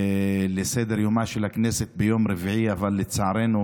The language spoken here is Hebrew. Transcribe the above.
לסדר-היום של הכנסת ביום רביעי, אבל לצערנו